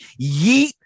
Yeet